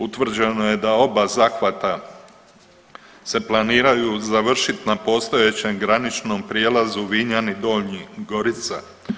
Utvrđeno je da oba zahvata se planiraju završit na postojećem graničnom prijelazu Vinjani Donji-Gorica.